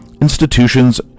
institutions